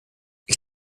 ich